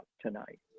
tonight